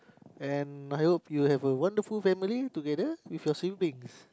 and I hope you have a wonderful family together with your siblings